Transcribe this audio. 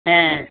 ஆ